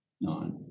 nine